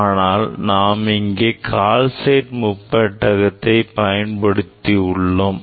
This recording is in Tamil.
ஆனால் நாம் இங்கே கால்சைட் முப்பெட்டகத்தை பயன்படுத்தியுள்ளோம்